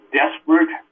desperate